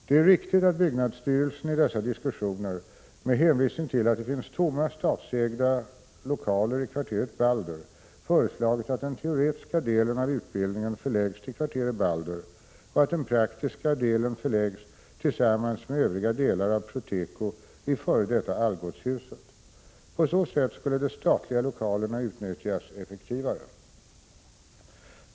Det är riktigt att byggnadsstyrelsen i dessa diskussioner, med hänvisning till att det finns tomma statsägda lokaler i kvarteret Balder, föreslagit att den teoretiska delen av utbildningen förläggs till kvarteret Balder och att den praktiska delen förläggs tillsammans med övriga delar av Proteko i f.d. Algotshuset. På så sätt skulle de statliga lokalerna utnyttjas effektivare.